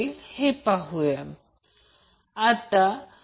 तर याला याने विभाजन करा हे केले तर ते tan √ 3 P2 P1 P2 P1 होईल